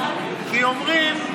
כי אומרים: